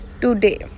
today